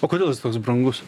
po kodėl jis toks brangus